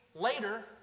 later